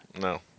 No